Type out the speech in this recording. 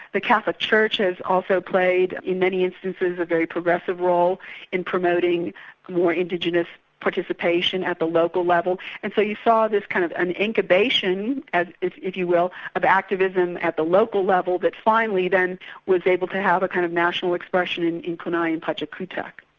the catholic church has also played in many instances, a very progressive role in promoting more indigenous participation at the local level, and so you saw this kind of and incubation if if you will, of activism at the local level but finally then was able to have a kind of national expression in in conaie and in pachakutik.